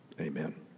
Amen